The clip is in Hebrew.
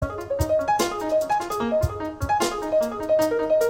‫הפקת כתוביות ‫האה בן המן.